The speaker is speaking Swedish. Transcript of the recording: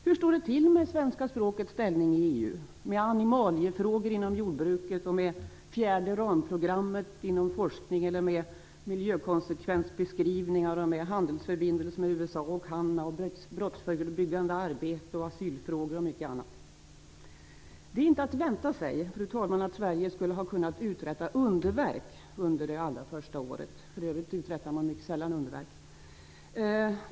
Hur står det till med svenska språkets ställning i EU, med animaliefrågor inom jordbruket, med fjärde rond-programmet inom forskningen, med miljökonsekvensbeskrivningar, med handelsförbindelser med USA och Kanada, med brottsförebyggande arbete, med asylfrågor och mycket annat? Fru talman! Det är inte att vänta sig att Sverige skulle ha kunnat uträtta underverk under det allra första året - för övrigt uträttar man mycket sällan underverk.